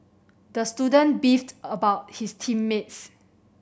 the student beefed about his team mates